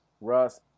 Russ